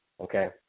Okay